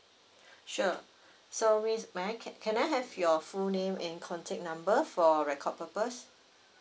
sure so miss may I can can I have your full name and contact number for record purpose